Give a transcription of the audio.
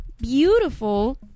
beautiful